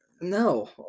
no